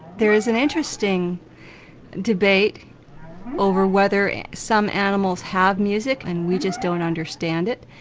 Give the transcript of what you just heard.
there's an interesting debate over whether some animals have music and we just don't understand it.